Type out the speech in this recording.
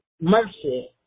mercy